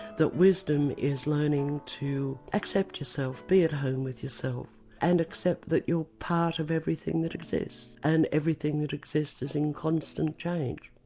that wisdom is learning to accept yourself, be at home with yourself and accept that you're part of everything that exists and everything that exists is in constant change.